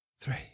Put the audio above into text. three